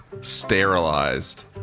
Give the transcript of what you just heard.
sterilized